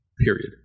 period